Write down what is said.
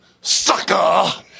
sucker